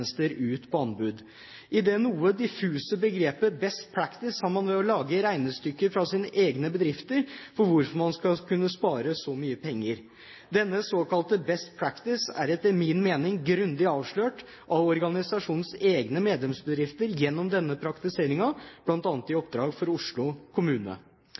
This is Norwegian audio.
ut på anbud. I det noe diffuse begrepet «best practice» har man laget regnestykker for sine egne bedrifter for hvordan man skal kunne spare mye penger. Denne såkalte «best practice» er etter min mening grundig avslørt av organisasjonens egne medlemsbedrifter gjennom bl.a. oppdrag for Oslo kommune.